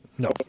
No